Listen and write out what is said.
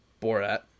Borat